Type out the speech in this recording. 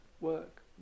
work